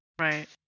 Right